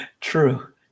True